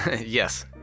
Yes